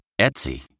Etsy